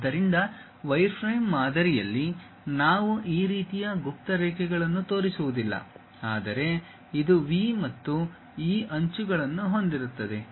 ಆದ್ದರಿಂದ ವೈರ್ಫ್ರೇಮ್ ಮಾದರಿಯಲ್ಲಿ ನಾವು ಈ ರೀತಿಯ ಗುಪ್ತ ರೇಖೆಗಳನ್ನು ತೋರಿಸುವುದಿಲ್ಲ ಆದರೆ ಇದು V ಮತ್ತು ಈ ಅಂಚುಗಳನ್ನು ಹೊಂದಿರುತ್ತದೆ